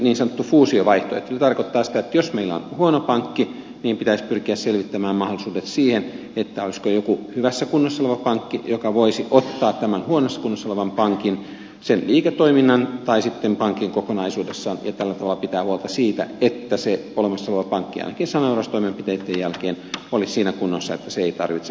se tarkoittaa sitä että jos meillä on huono pankki niin pitäisi pyrkiä selvittämään mahdollisuudet siihen olisiko joku hyvässä kunnossa oleva pankki joka voisi ottaa tämän huonossa kunnossa olevan pankin sen liiketoiminnan tai sitten pankin kokonaisuudessaan ja tällä tavalla pitää huolta siitä että se olemassa oleva pankki ainakin saneeraustoimenpiteitten jälkeen olisi siinä kunnossa että se ei tarvitse pääomatukea